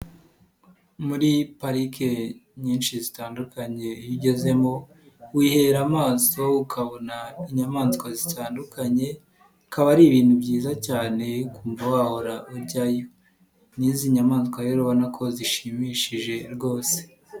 Muri parike nyinshi zitandukanye iyo ugezemo wihera amaso ukabona inyamaswa zitandukanye akaba ari ibintu byiza cyane ukumva wahora ujyayo, n'izi nyamaswa rero ubona ko zishimishije rwose.